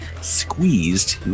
squeezed